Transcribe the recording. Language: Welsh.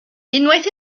unwaith